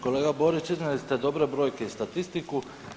Kolega Borić iznijeli ste dobre brojke i statistiku.